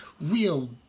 real